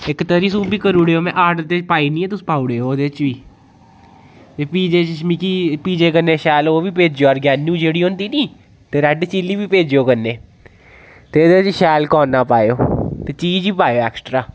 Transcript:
इक तरी सूप बी करी ओड़ो में आर्डर च पाई नी ऐ ते तुस पाई ओड़ेओ ओह्दे च बी ते फ्ही पिज्जे च मिगी पिज्जे कन्नै शैल ओह् बी भेजेओ आरगैनो जेह्ड़ी होंदी नी ते रैड चिली बी भेजेओ कन्नै ते एह्दे च शैल कार्ना पाएओ ते चीज बी पाएओ ऐक्सट्रा